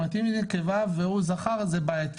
זאת אומרת אם היא נקבה והוא זכר אז זה בעייתי,